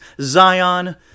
Zion